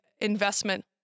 investment